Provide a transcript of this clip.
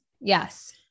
Yes